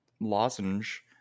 lozenge